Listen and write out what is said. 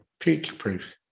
future-proof